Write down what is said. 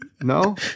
No